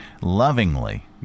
lovingly